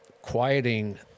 quieting